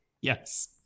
yes